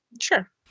Sure